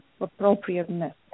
appropriateness